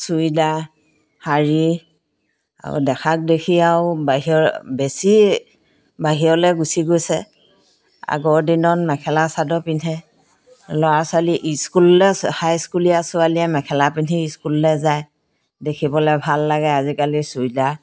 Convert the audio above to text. চুইদা শাৰী আৰু দেখাক দেখি আৰু বাহিৰৰ বেছি বাহিৰলৈ গুচি গৈছে আগৰ দিনত মেখেলা চাদৰ পিন্ধে ল'ৰা ছোৱালী ইস্কুললে হাইস্কুলীয়া ছোৱালীয়ে মেখেলা পিন্ধি স্কুললে যায় দেখিবলৈ ভাল লাগে আজিকালি চুইদা